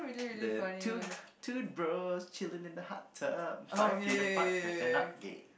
the two two bro chilling on the hot tub five feet apart cause they're not gay